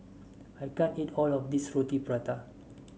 I can't eat all of this Roti Prata